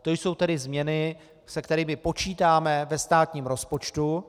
To jsou tedy změny, se kterými počítáme ve státním rozpočtu.